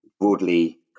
broadly